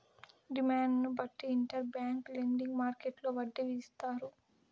డిమాండ్ను బట్టి inter bank lending మార్కెట్టులో వడ్డీ విధిస్తారు